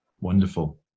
Wonderful